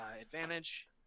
advantage